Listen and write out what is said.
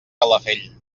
calafell